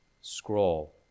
scroll